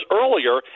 earlier